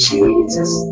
Jesus